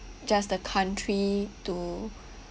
just the country to